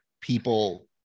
people